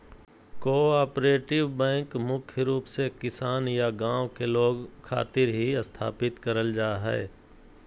cooperative bank मुख्य रूप से किसान या गांव के लोग खातिर ही स्थापित करल जा हय